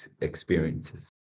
experiences